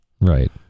right